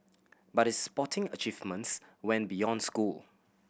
but his sporting achievements went beyond school